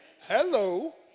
Hello